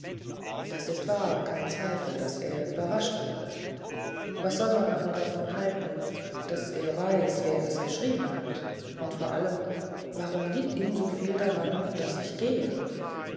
das ist wahr kein zweifel daß er überrascht wurde was soll man aber davon halten daß er weiß wer es geschrieben hat und vor allem warum liegt ihm so viel daran daß ich gehe